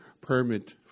permit